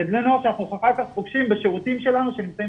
זה בני נוער שאנחנו אחר כך פוגשים בשירותים שלנו שנמצאים